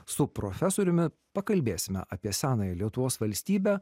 su profesoriumi pakalbėsime apie senąją lietuvos valstybę